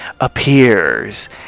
appears